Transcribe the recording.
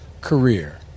career